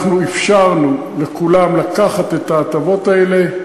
אפשרנו לכולם לקחת את ההטבות האלה.